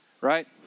right